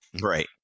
Right